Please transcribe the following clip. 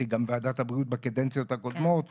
גם בוועדת הבריאות בקדנציות הקודמות שלי,